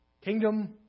Kingdom